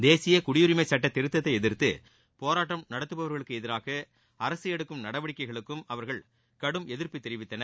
தேசிய குடியுரிமை சட்ட திருத்தத்தை எதிர்த்து போராட்டம் நடத்துபவர்களுக்கு அரசு எடுக்கும் நடவடிக்கைகளுக்கும் அவர்கள் கடும் எதிர்ப்பு தெரிவித்தனர்